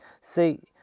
See